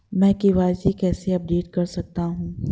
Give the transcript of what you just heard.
मैं के.वाई.सी कैसे अपडेट कर सकता हूं?